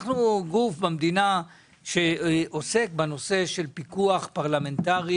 אנחנו גוף שעוסק בנושא של פיקוח פרלמנטרי